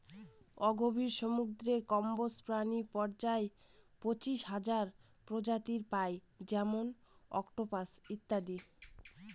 অগভীর সমুদ্রের কম্বজ প্রাণী পর্যায়ে পঁচাশি হাজার প্রজাতি পাই যেমন অক্টোপাস ইত্যাদি